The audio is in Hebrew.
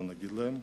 ולא נגיד איזו.